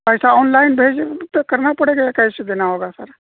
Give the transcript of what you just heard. پیسہ online بھیجیں تو کرنا پڑے گا یا کیش دینا ہوگا سر